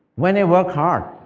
when i work hard,